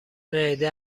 معده